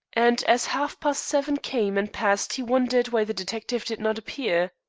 and as half-past seven came and passed he wondered why the detective did not appear.